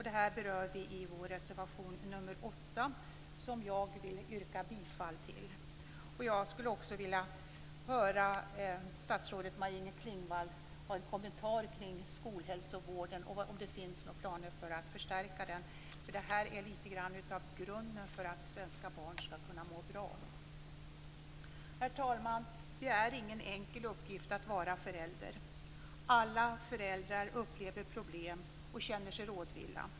Detta berör vi i vår reservation nr 28, som jag vill yrka bifall till. Jag skulle också vilja höra om statsrådet Maj Inger Klingvall har någon kommentar till frågan om det finns några planer på att förstärka skolhälsovården, för den är lite grann grunden för att svenska barn skall kunna må bra. Herr talman! Det är ingen enkel uppgift att vara förälder. Alla föräldrar upplever problem och känner sig rådvilla.